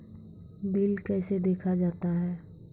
Bill कैसे देखा जाता हैं?